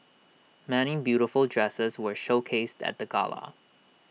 many beautiful dresses were showcased at the gala